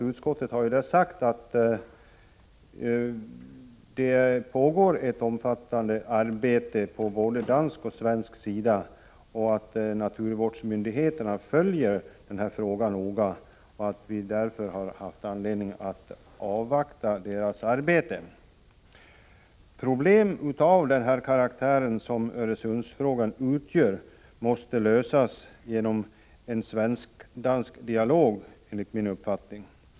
Utskottet har ju sagt att det pågår ett omfattande arbete på både dansk och svensk sida, att naturvårdsmyndigheterna följer denna fråga noga och att vi därför har haft anledning att avvakta deras arbete. Problem av Öresundsfrågans karaktär måste lösas genom en svensk-dansk dialog, enligt min uppfattning.